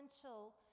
essential